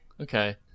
okay